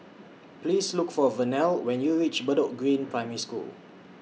Please Look For Vernelle when YOU REACH Bedok Green Primary School